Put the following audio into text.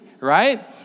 right